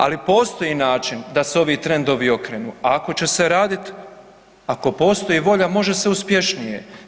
Ali postoji način da se ovi trendovi okrenu ako će se radit, ako postoji volja, može se uspješnije.